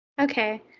Okay